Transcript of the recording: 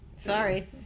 Sorry